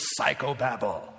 psychobabble